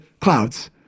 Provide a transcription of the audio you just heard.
clouds